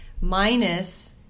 Minus